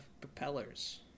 propellers